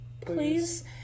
Please